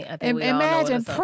Imagine